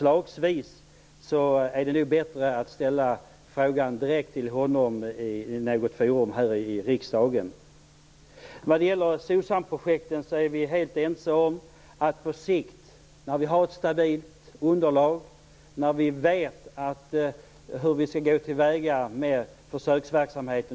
Det är nog bättre att ställa frågan direkt till honom i något forum här i riksdagen. Vi är på sikt helt ense om SOCSAM-projekten. Vi skall ha ett stabilt underlag, så att vi vet hur vi skall gå till väga med försöksverksamheten.